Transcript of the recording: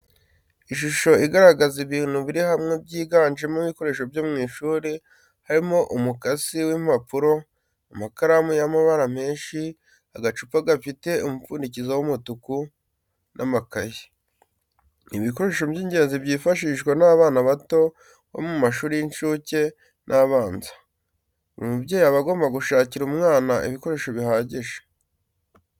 Ishusho igaragaza ibintu biri hamwe byiganjemo ibikoreso byo mu ishuri harimo umukasi w'impapuro, amakaramu y'amabara menshi, agacupa gafite umupfundikizo w'umutuku n' amakayi, ni ibikoresho by'ingenzi byifashishwa n'abana bato bo mu mashuri y'incuke n'abanza, buri mubyeyi aba agomba gushakira umwana ibikoresho bihagije.